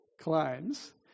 claims